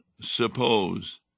suppose